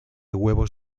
huevos